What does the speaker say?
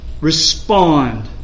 respond